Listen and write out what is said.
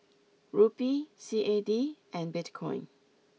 Rupee C A D and Bitcoin